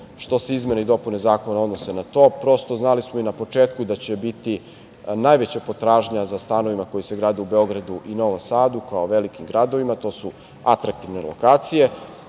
što se izmene i dopune zakona odnose na to. Prosto znali smo i na početku da će biti najveća potražnja za stanovima koji se grade u Beogradu i Novom Sadu, kao velikim gradovima, to su atraktivne lokacije.